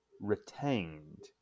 retained